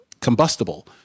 combustible